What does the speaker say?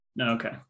Okay